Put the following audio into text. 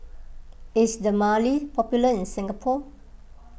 is Dermale popular in Singapore